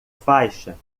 faixa